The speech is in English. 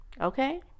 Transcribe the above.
okay